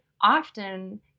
often